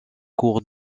cours